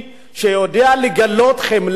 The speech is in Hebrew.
שיודע לגלות חמלה,